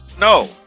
No